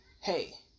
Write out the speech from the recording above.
Hey